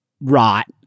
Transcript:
rot